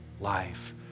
life